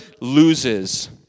loses